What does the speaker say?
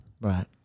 Right